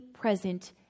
present